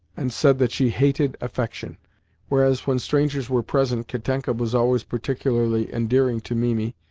and said that she hated affection whereas, when strangers were present, katenka was always particularly endearing to mimi,